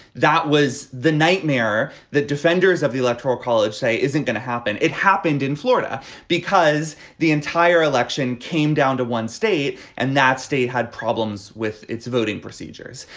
that was the nightmare that defenders of the electoral college say isn't going to happen. it happened in florida because the entire election came down to one state and that state had problems with its voting procedures.